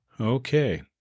Okay